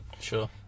Sure